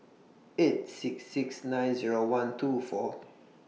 eight six six nine Zero one two four